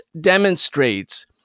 demonstrates